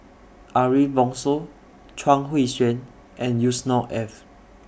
Ariff Bongso Chuang Hui Tsuan and Yusnor Ef